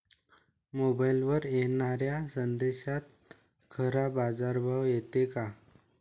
मोबाईलवर येनाऱ्या संदेशात खरा बाजारभाव येते का?